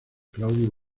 claudio